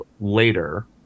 later